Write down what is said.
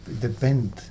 depend